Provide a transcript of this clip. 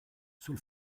sul